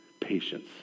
patience